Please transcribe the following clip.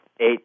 eight